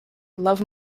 love